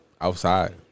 outside